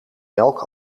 melk